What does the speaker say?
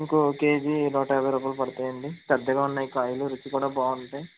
ఇంకో కేజీ నూటయాభై రూపాయలు పడుతాయండి పెద్దగా ఉన్నాయి కాయలు రుచి కూడా బాగుంటాయి